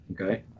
Okay